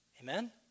Amen